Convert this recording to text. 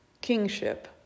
kingship